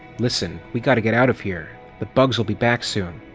listen, we gotta get out of here! the bugs will be back soon!